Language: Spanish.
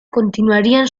continuarían